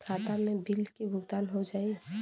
खाता से बिल के भुगतान हो जाई?